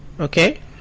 okay